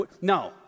No